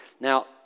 Now